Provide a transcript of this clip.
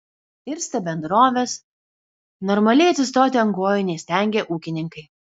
irsta bendrovės normaliai atsistoti ant kojų neįstengia ūkininkai